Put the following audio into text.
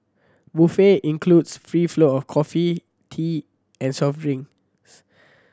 buffet includes free flow of coffee tea and soft drinks